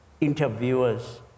interviewers